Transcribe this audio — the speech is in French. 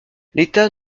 l’état